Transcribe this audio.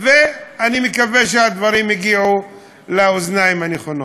אני מקווה שהדברים יגיעו לאוזניים הנכונות.